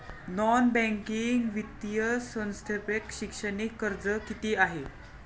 Non banking वित्तीय संस्थांतर्फे शैक्षणिक कर्ज किती आहे?